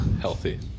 Healthy